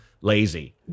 lazy